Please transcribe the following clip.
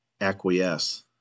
acquiesce